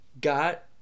got